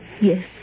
Yes